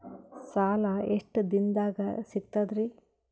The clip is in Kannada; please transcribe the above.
ಸಾಲಾ ಎಷ್ಟ ದಿಂನದಾಗ ಸಿಗ್ತದ್ರಿ?